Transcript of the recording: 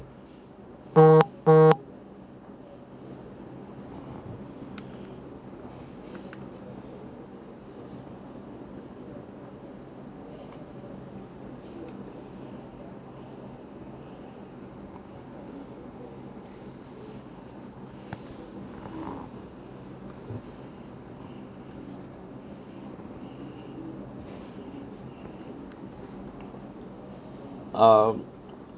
err